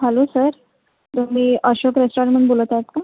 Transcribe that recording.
hello sir तुम्ही अशोक रेस्टॉरंटमधून बोलत आहात का